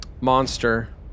monster